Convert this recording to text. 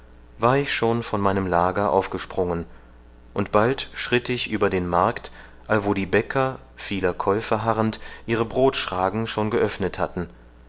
war ich schon von meinem lager aufgesprungen und bald schritt ich über den markt allwo die bäcker vieler käufer harrend ihre brotschragen schon geöffnet hatten